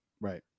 Right